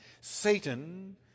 Satan